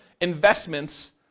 investments